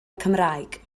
cymraeg